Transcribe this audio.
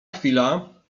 chwila